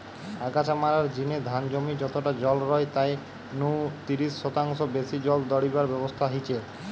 আগাছা মারার জিনে ধান জমি যতটা জল রয় তাই নু তিরিশ শতাংশ বেশি জল দাড়িবার ব্যবস্থা হিচে